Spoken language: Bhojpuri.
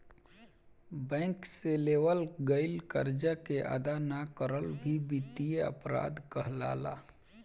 बैंक से लेवल गईल करजा के अदा ना करल भी बित्तीय अपराध कहलाला